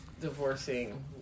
divorcing